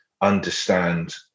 understand